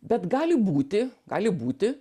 bet gali būti gali būti